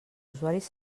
usuaris